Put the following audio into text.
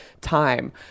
time